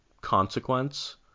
consequence